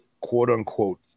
quote-unquote